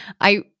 I-